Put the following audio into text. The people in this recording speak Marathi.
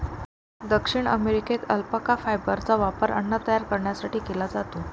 दक्षिण अमेरिकेत अल्पाका फायबरचा वापर अन्न तयार करण्यासाठी केला जातो